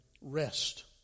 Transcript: rest